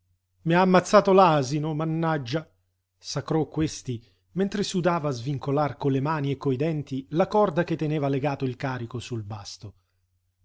i ha ammazzato l'asino mannaggia sacrò questi mentre sudava a svincolar con le mani e coi denti la corda che teneva legato il carico sul basto